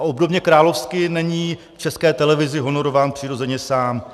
Obdobně královsky není v České televizi honorován přirozeně sám.